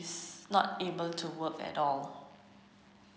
not able to work at all